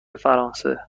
فرانسه